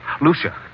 Lucia